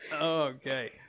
Okay